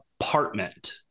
apartment